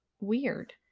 weird